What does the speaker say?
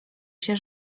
się